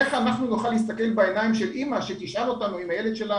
איך אנחנו נוכל להסתכל בעיניים של אימא שהילד שלה